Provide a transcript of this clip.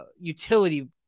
utility